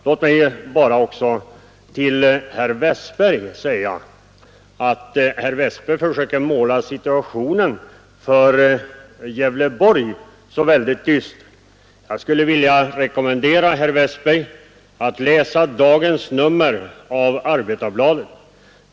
Låt mig slutligen också säga helt kort att herr Westberg i Ljusdal försöker måla situationen för Gävleborg så väldigt dyster, men då vill jag rekommendera honom att läsa dagens nummer av Arbetarbladet.